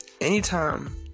anytime